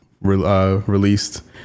released